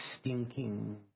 stinking